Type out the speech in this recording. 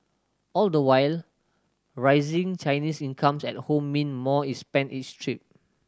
all the while rising Chinese incomes at home mean more is spent each trip